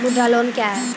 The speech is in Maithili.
मुद्रा लोन क्या हैं?